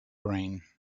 brain